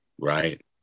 Right